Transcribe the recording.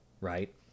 right